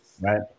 right